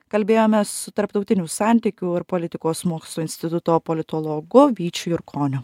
kalbėjomės su tarptautinių santykių ir politikos mokslų instituto politologu vyčiu jurkoniu